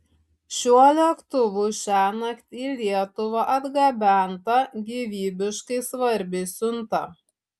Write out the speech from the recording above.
šiuo lėktuvu šiąnakt į lietuvą atgabenta gyvybiškai svarbi siunta